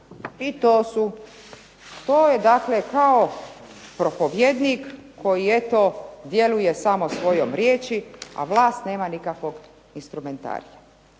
I to je kao propovjednik koji djeluje samo svojom riječi, a vlast nema nikakvog instrumentarija.